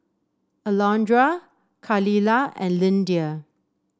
Alondra Khalilah and Lyndia